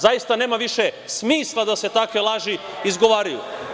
Zaista više nema smisla da se takve laži izgovaraju.